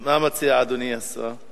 מה מציע אדוני השר?